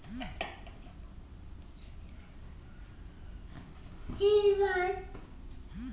ಕೃಷಿ ನೀರು ಬೆಳೆಗಳ ನೀರಾವರಿ ಅಥವಾ ಜಾನುವಾರುಗಳಿಗೆ ನೀರುಣಿಸುವ ನೀರನ್ನು ಸಮರ್ಪಕವಾಗಿ ಬಳಸ್ಬೇಕು